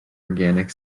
organic